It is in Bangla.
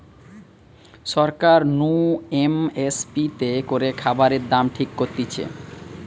সরকার নু এম এস পি তে করে খাবারের দাম ঠিক করতিছে